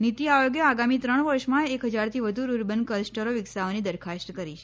નીતિ આયોગે આગામી ત્રણ વર્ષમાં એક હજાર થી વધુ રૂરબન કલસ્ટરો વિકસાવવાની દરખાસ્ત કરી છે